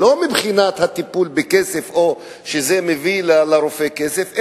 לא מבחינת הטיפול בכסף או שזה מביא לרופא כסף,